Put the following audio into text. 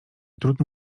trudno